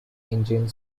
engine